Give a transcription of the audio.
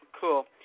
cool